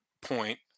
point